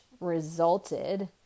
resulted